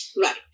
Right